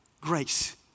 Grace